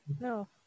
No